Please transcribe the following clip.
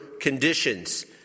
conditions